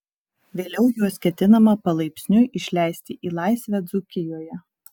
vėliau juos ketinama palaipsniui išleisti į laisvę dzūkijoje